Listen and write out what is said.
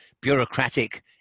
bureaucratic